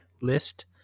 list